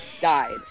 died